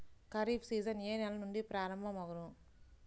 Kharif season ఏ నెల నుండి ప్రారంభం అగును?